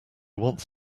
wants